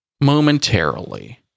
momentarily